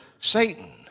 Satan